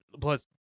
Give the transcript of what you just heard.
plus